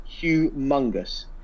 humongous